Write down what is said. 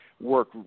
Work